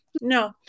No